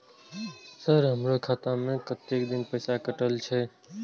Sir हमारो खाता में कतेक दिन पैसा कटल छे?